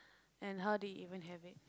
and how did you even have it